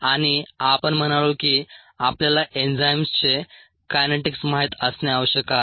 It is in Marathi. आणि आपण म्हणालो की आपल्याला एन्झाईम्सचे कायनेटिक्स माहित असणे आवश्यक आहे